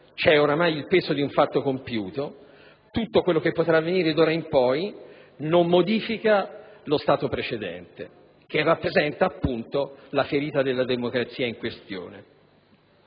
c'è ormai il peso di un fatto compiuto; tutto ciò che potrà venire d'ora in poi non modifica lo stato precedente, che rappresenta appunto la ferita della democrazia in questione.